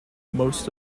most